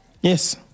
Yes